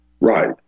Right